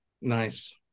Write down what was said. Nice